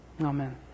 Amen